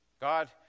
God